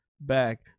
back